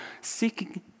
seeking